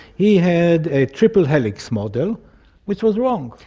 he had a triple helix model which was wrong.